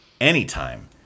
anytime